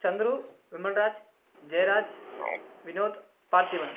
Chandru Vimalraj Jeyaraj Vinoth Parthiban